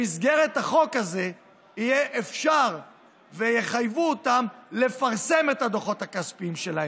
במסגרת החוק הזה אפשר יהיה ויחייבו אותם לפרסם את הדוחות הכספיים שלהם.